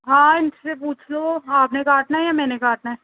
हां इन से पूछो आपने काटना हैं जां मैंने काटना है